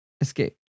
Escape